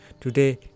Today